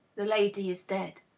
the lady is dead.